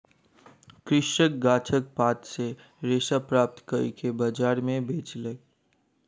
कृषक गाछक पात सॅ रेशा प्राप्त कअ के बजार में बेचलक